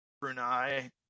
Brunei